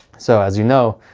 so as you know,